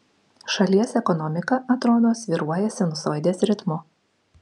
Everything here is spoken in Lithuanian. šalies ekonomika atrodo svyruoja sinusoidės ritmu